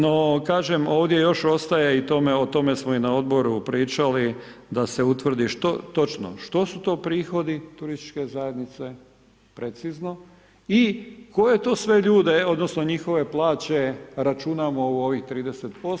No kažem, ovdje još ostaje i o tome smo na odboru pričali da se utvrdi što, točno što su to prihodi turističke zajednice precizno i koje to sve ljude, odnosno njihove plaće računamo u ovih 30%